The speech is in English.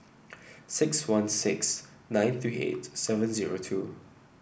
six one six nine three eight seven zero two